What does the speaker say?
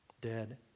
dead